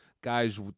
guys